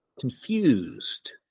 confused